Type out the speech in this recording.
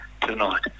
tonight